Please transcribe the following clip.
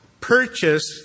purchased